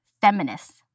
feminist